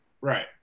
Right